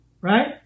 Right